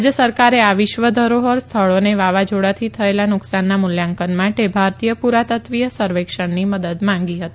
રાજ્ય સરકારે આ વિશ્વ ધરોહર સ્થળોને વાવાઝોડાથી થયેલા નુકસાનના મૂલ્યાંકન માટે ભારતીય પુરાતત્વીય સર્વેક્ષણની મદદ માંગી હતી